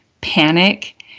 panic